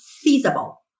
feasible